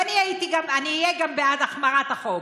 ואני אהיה גם בעד החמרת החוק.